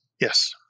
Yes